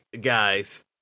guys